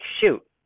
shoot